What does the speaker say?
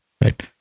Right